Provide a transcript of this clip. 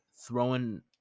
throwing